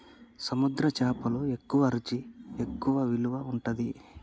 సముద్ర చేపలు ఎక్కువ రుచి ఎక్కువ విలువ ఉంటది